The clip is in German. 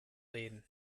reden